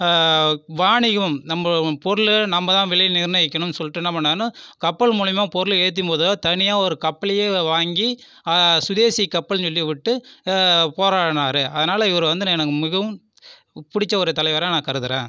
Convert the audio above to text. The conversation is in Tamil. வாணிகம் நம்ப பொருள் நம்ப தான் விலை நிர்ணயிக்கணும் சொல்லிட்டு என்ன பண்ணிணாங்கன்னா கப்பல் மூலயமா பொருளை ஏற்றும் போது தனியாக ஒரு கப்பலேயே வாங்கி சுதேசி கப்பல்னு சொல்லி விட்டு போராடினாரு அதனாலே இவர் வந்து எனக்கு மிகவும் பிடிச்ச ஒரு தலைவராக நான் கருதுகிறேன்